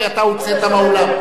כי אתה הוצאת מהאולם.